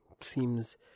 seems